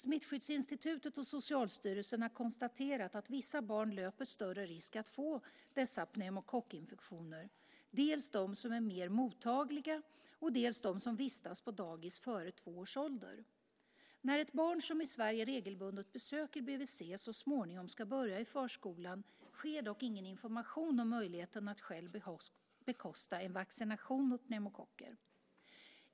Smittskyddsinstitutet och Socialstyrelsen har konstaterat att vissa barn löper större risk att få dessa pneumokockinfektioner, dels de som är mer mottagliga, dels de som vistas på dagis före två års ålder. När ett barn som i Sverige regelbundet besöker BVC så småningom ska börja i förskolan sker dock ingen information om möjligheten att själv bekosta en vaccination mot pneumokocker.